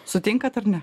sutinkat ar ne